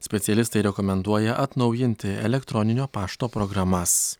specialistai rekomenduoja atnaujinti elektroninio pašto programas